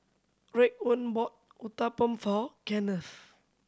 Raekwon bought Uthapam for Kennth